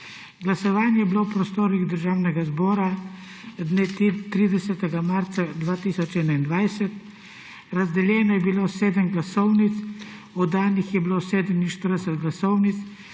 Glasovanje je bilo v prostorih Državnega zbora 30. marca 2021. Razdeljenih je bilo 47 glasovnic. Oddanih je bilo 47 glasovnic.